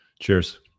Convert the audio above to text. Cheers